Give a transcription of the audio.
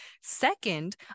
second